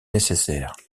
nécessaire